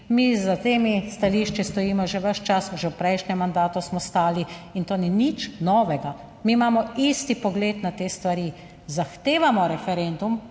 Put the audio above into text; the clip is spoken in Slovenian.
mi za temi stališči stojimo že ves čas, že v prejšnjem mandatu smo stali in to ni nič novega. Mi imamo isti pogled na te stvari, zahtevamo referendum,